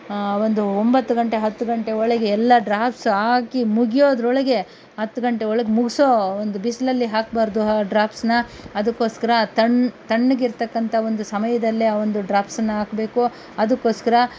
ಒಂದು ಒಂಬತ್ತು ಗಂಟೆ ಹತ್ತು ಗಂಟೆ ಒಳಗೆ ಎಲ್ಲ ಡ್ರಾಪ್ಸ್ ಹಾಕಿ ಮುಗಿಯೋದರೊಳಗೆ ಹತ್ತು ಗಂಟೆ ಒಳಗೆ ಮುಗಿಸೋ ಒಂದು ಬಿಸಿಲಲ್ಲಿ ಹಾಕ್ಬಾರದು ಆ ಡ್ರಾಪ್ಸ್ನ ಅದಕ್ಕೋಸ್ಕರ ತಣ್ ತಣ್ಣಗಿರ್ತಕ್ಕಂಥ ಒಂದು ಸಮಯದಲ್ಲೇ ಆ ಒಂದು ಡ್ರಾಪ್ಸನ್ನು ಹಾಕಬೇಕು ಅದಕ್ಕೋಸ್ಕರ